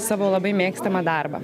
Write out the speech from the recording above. savo labai mėgstamą darbą